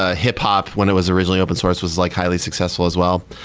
ah hip-hop, when it was originally open sourced was like highly successful as well.